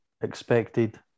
expected